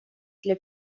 для